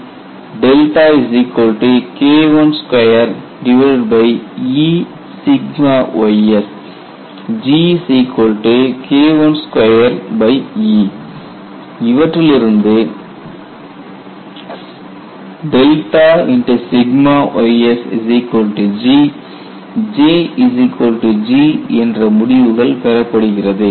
CTOD K12Eys GK12E இவற்றிலிருந்து ys G J G என்ற முடிவுகள் பெறப்படுகிறது